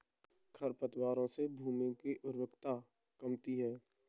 खरपतवारों से भूमि की उर्वरता कमती है